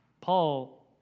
Paul